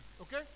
Okay